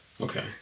okay